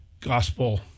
gospel